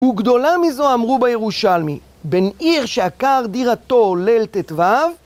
וגדולה מזו אמרו בירושלמי: בן עיר שעקר דירתו ליל ט"ו